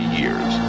years